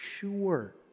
Sure